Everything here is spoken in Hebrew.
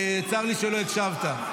צר לי שלא הקשבת.